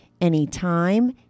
anytime